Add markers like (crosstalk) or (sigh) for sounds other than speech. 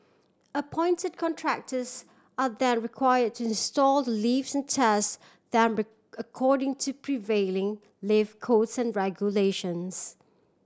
appointed contractors are then require to install the lifts and test them (unintelligible) according to prevailing lift codes and regulations